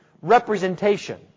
representation